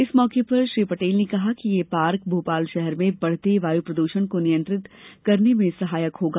इस मौके पर श्री पटेल ने कहा कि यह पार्क भोपाल शहर में बढ़ते वायु प्रदूषण को नियंत्रित करने में सहायक होगा